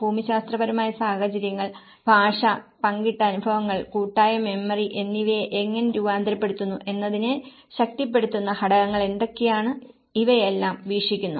ഭൂമിശാസ്ത്രപരമായ സാഹചര്യങ്ങൾ ഭാഷ പങ്കിട്ട അനുഭവങ്ങൾ കൂട്ടായ മെമ്മറി എന്നിവയെ എങ്ങനെ രൂപാന്തരപ്പെടുത്തുന്നു എന്നതിനെ ശക്തിപ്പെടുത്തുന്ന ഘടനകൾ എന്തൊക്കെയാണ് ഇവയെല്ലാം വീക്ഷിക്കുന്നു